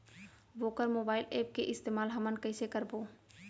वोकर mobile app के इस्तेमाल हमन कइसे करबो?